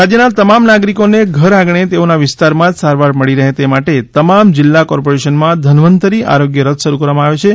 રાજ્યના તમામ નાગરિકોને ઘરઆંગણે તેઓના વિસ્તારમાં જ સારવાર મળી રહે તે માટે તમામ જિલ્લાકોર્પોરેશનમાં ધન્વતરી આરોગ્ય રથ શરૂ કરવામાં આવ્યા છે